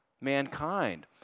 mankind